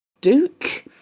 Duke